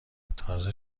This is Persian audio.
تازه